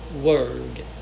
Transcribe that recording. word